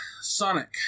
Sonic